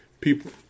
people